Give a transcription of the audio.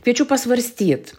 kviečiu pasvarstyt